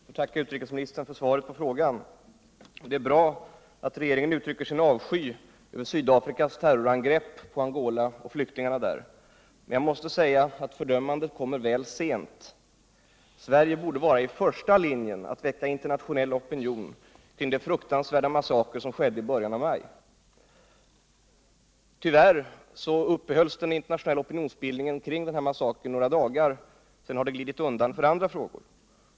Herr talman! Jag får tacka utrikesministern för svaret på min fråga. Det är bra att regeringen uttrycker sin avsky över Sydafrikas terrorangrepp på Angola och flyktingarna där. Men jag måste säga att fördömandet kommer väl sent. Sverige borde vara i första linjen när det giller att väcka internationell opinion kring den fruktansvärda massaker som skedde i början av maj. Tyvärr upprätthölls den internationella opinionsbildningen kring den här massakern endast några dagar. Sedan har den glidit undan för andra frågor.